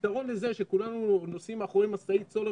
הפתרון לזה שכולנו נוסעים מאחורי משאית סולר